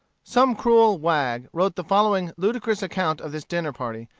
some cruel wag wrote the following ludicrous account of this dinner-party,